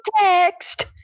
text